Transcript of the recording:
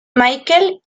michael